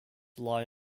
lie